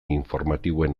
informatiboen